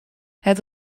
het